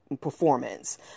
performance